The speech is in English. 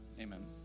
Amen